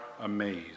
amazed